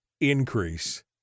increase